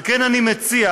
על כן אני מציע,